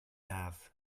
have